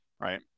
right